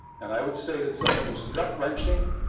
and i would say that some of them was gut wrenching,